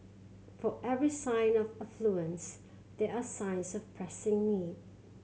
for every sign of affluence there are signs of pressing need